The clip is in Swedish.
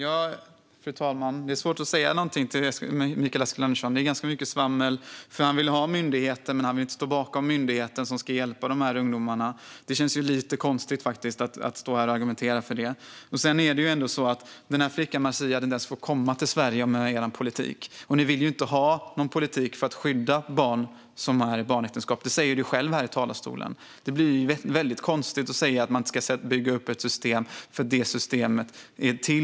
Fru talman! Det svårt att säga något till Mikael Eskilandersson, för det är ganska mycket svammel. Han vill ha myndigheter, men han vill inte stå bakom den myndighet som ska hjälpa dessa ungdomar. Det känns lite konstigt att argumentera så. Med er politik hade flickan Marzieh inte ens fått komma till Sverige. Ni vill inte ha någon politik för att skydda barn i barnäktenskap. Du sa ju själv i talarstolen att man inte ska bygga upp ett system, Mikael Eskilandersson.